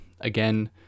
Again